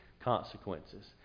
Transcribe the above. consequences